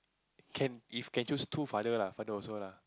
can if can choose two father lah father also lah